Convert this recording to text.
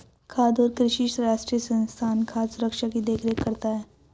खाद्य और कृषि राष्ट्रीय संस्थान खाद्य सुरक्षा की देख रेख करता है